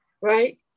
right